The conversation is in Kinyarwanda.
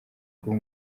kuba